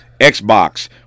Xbox